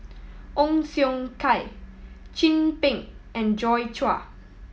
Ong Siong Kai Chin Peng and Joi Chua